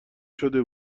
شده